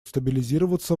стабилизироваться